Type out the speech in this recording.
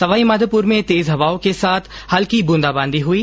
सवाईमाधोपुर में तेज हवाओं के साथ हल्की बूंदाबांदी हुई